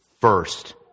first